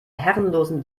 herrenlosen